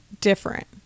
different